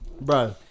Bro